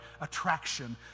attraction